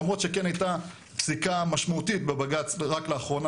למרות שכן הייתה פסיקה משמעותית בבג"צ רק לאחרונה